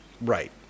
Right